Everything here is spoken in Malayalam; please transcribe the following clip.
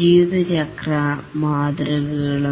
ജീവചക്ര മാതൃകകളും